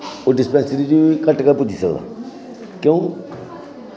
ओह् डिस्पैंसरी च घट्ट गै पुज्जी सकदा क्यों